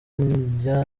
njya